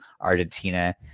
argentina